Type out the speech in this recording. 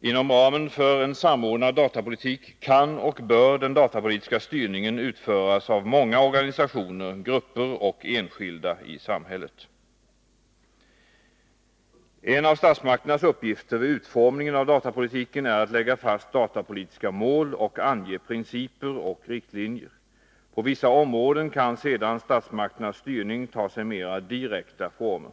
Inom ramen för en samordnad datapolitik kan och bör den datapolitiska styrningen utföras av många organisationer, grupper och enskilda i samhället. En av statsmakternas uppgifter vid utformningen av datapolitiken är att lägga fast datapolitiska mål samt att ange principer och riktlinjer. På vissa områden kan sedan statsmakternas styrning ta sig mera direkta former.